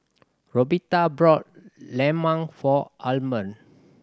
Roberta bought lemang for Armond